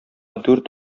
дүрт